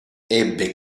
ebbe